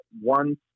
one